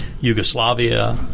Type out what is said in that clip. Yugoslavia